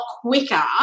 quicker